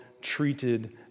treated